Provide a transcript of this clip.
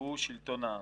והוא שלטון העם.